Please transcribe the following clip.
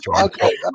Okay